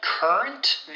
Current